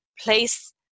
place